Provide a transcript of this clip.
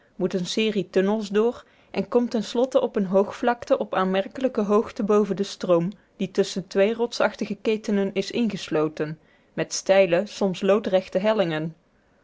moet een serie tunnels door en komt ten slotte op een hoogvlakte op aanmerkelijke hoogte boven den stroom die tusschen twee rotsachtige ketenen is ingesloten met steile soms loodrechte hellingen